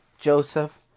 Joseph